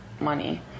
money